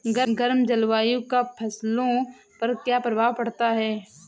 गर्म जलवायु का फसलों पर क्या प्रभाव पड़ता है?